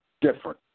different